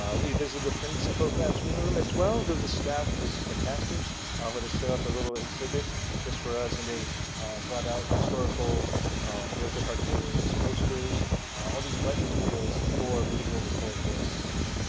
we visited the prints and photographs reading room as well. the staff was fantastic where they setup a little exhibit just for us and they brought out historical political cartoons, posters all these write materials for visual rhetorical analysis.